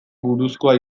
buruzkoa